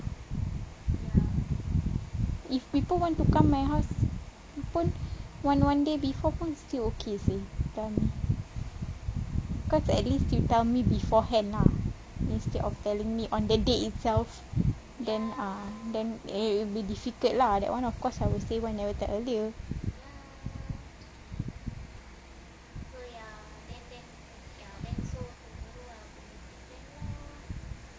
if people want to come my house pun one one day before pun still okay seh because at least you tell me beforehand lah instead of telling me on the day itself then ah then it will be difficult lah that [one] of course I will say why never tell earlier